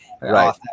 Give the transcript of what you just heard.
right